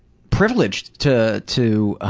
privileged to to